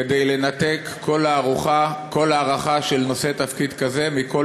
כדי לנתק כל הארכה של כהונת נושא תפקיד כזה מכל